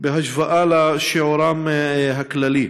בהשוואה לשיעורם הכללי.